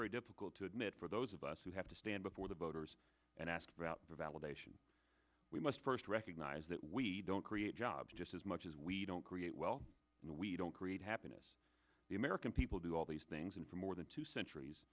very difficult to admit for those of us who have to stand before the voters and ask about validation we much first recognize that we don't create jobs just as much as we don't create well we don't create happiness the american people do all these things and for more than two centuries